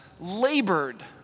labored